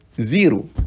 Zero